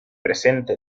presente